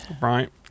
Right